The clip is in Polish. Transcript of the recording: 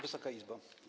Wysoka Izbo!